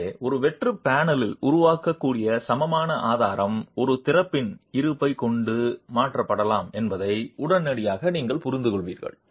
எனவே ஒரு வெற்று பேனலில் உருவாகக்கூடிய சமமான ஆதாரம் ஒரு திறப்பின் இருப்பைக் கொண்டு மாற்றப்படலாம் என்பதை உடனடியாக நீங்கள் புரிந்துகொள்வீர்கள்